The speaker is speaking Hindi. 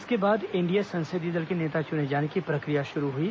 इसके बाद एनडीए संसदीय दल के नेता चुने जाने की प्रक्रिया शुरू हुई